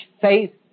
faith